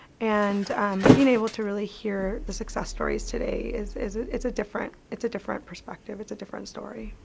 and um being able to really hear the success stories today is, is, it's a different, it's a different perspective. it's a different story.